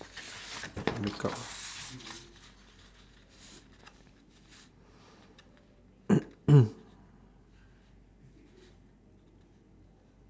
make up